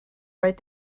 right